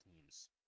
teams